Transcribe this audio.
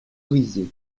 brisées